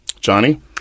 Johnny